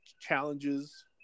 challenges